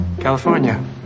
California